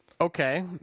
Okay